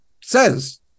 says